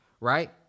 right